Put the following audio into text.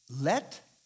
let